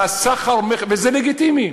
וזה לגיטימי,